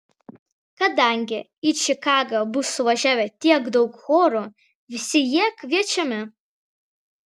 kadangi į čikagą bus suvažiavę tiek daug chorų visi jie kviečiami